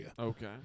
Okay